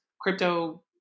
crypto